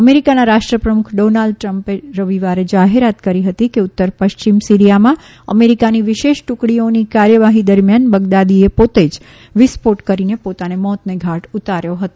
અમેરીકાના રાષ્ટ્રપ્રમુખ ડીનાલ્ડ ટ્રમ્પે રવિવારે જાહેરાત કરી હતી કે ઉત્તર પશ્ચિમ સીરીયામાં અમેરીકાની વિશેષ ટુકડીઓની કાર્યવાહી દરમિયાન બગદાદીએ પોતે જ વિસ્ફોટ કરીને પોતાને મોતને ઘાટ ઉતાર્યો હતો